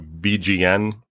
VGN